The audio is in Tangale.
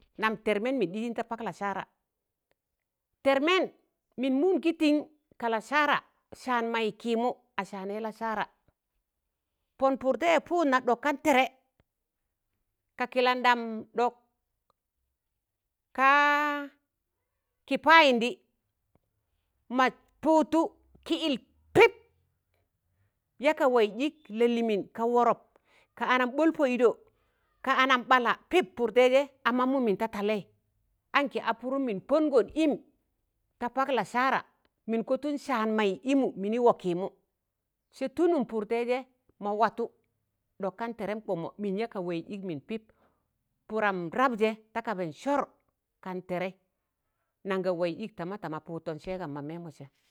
Nam tẹrmẹn min ɗiijin ta pạk lasaara, tẹrmẹn min mụụm kitin ka lasaara saan mai kiimụ a saanai lasaara, pọn pụr tẹiyẹ pụụdna ɗọk kan tẹrẹ ka kilandam ɗọk kaa kipayindi ma pụụtụ ki ịl pip, yaka waiz ịk LaLimin ka wọrọp ka ana ɓ̣ọl pọ'idọ ka anan ɓalla pip pụrtẹijẹ a mammụ min ta talẹi anki a pụrụm min pọngọn im tạ pak Lasaara, min kọtụn saan mai ịmụ mini wọọkii mụ, sẹ tụlụm pụr tẹijẹ ma watụ ɗọk kan tẹrẹm kpọmọ min yạ kạ waiz ịk jẹ min pip pụram rabjẹ ta kaban sọr kan tẹrẹi nan ga waiz ik tama tama pụttọn sẹẹgam ma mẹẹmọsẹ